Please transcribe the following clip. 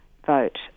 Vote